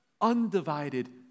undivided